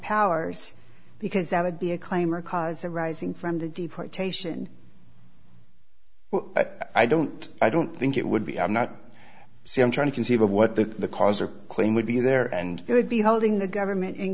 powers because that would be a claim or a cause arising from the deportation i don't i don't think it would be i'm not see i'm trying to conceive of what the cause or claim would be there and it would be holding the government in